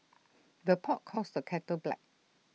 the pot calls the kettle black